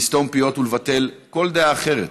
לסתום פיות ולבטל כל דעה אחרת.